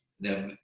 Now